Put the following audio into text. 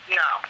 no